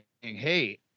hey